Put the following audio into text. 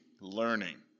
learning